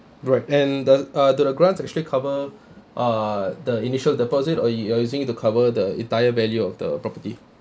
right and does uh do the grants actually cover uh the initial deposit or you're using it to cover the entire value of the property